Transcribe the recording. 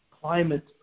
Climate